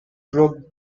broke